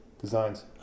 designs